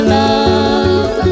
love